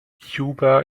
juba